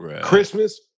Christmas